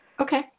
Okay